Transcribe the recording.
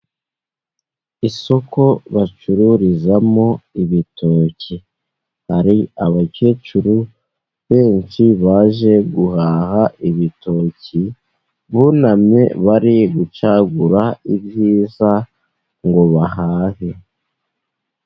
Isoko bacururizamo ibitoki, hari abakecuru benshi baje guhaha ibitoki, bunamye, bari gucagura ibyiza ngo bahahe.